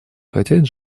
хотят